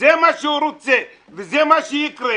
זה מה שהוא רוצה וזה מה שיקרה,